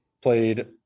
played